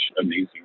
amazing